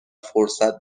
فرصت